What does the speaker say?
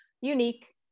unique